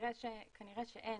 כנראה שאין.